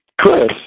Chris